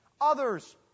others